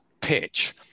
pitch